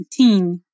19